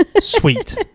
sweet